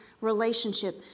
relationship